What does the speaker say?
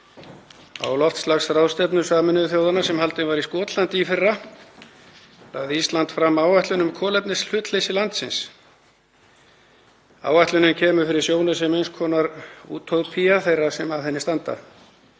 Á loftslagsráðstefnu Sameinuðu þjóðanna sem haldin var í Skotlandi í fyrra lagði Ísland fram áætlun um kolefnishlutleysi landsins. Áætlunin kemur fyrir sjónir sem eins konar útópía þeirra sem að henni standa.